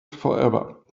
forever